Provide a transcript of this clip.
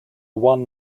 one